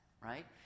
right